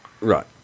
Right